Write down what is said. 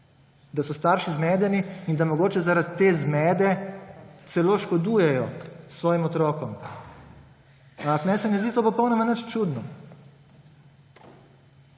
da so starši zmedeni in da mogoče zaradi te zmede celo škodujejo svojim otrokom. Ampak meni se ne zdi to popolnoma nič čudno.